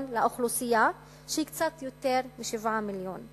לאוכלוסייה שהיא קצת יותר מ-7 מיליונים.